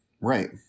Right